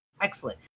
Excellent